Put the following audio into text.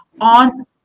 on